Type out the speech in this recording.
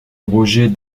roger